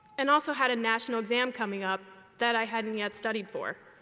and also had a national exam coming up that i hadn't yet studied for.